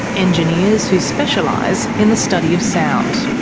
engineers who specialise in the study of sound.